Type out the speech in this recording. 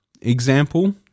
Example